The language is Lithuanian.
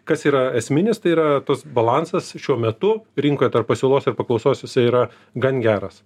kas yra esminis tai yra tas balansas šiuo metu rinkoje tarp pasiūlos ir paklausos jisai yra gan geras